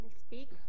speak